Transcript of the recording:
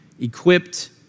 equipped